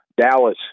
Dallas